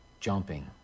jumping